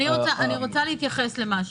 אני רוצה להתייחס למשהו.